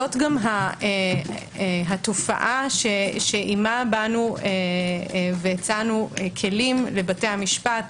זו גם התופעה שעמה באנו והצענו כלים לבתי המשפט,